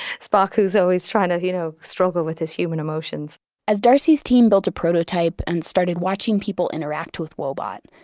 spock who's always trying to, you know, struggle with his human emotions as darcy's team built a prototype and started watching people interact with woebot,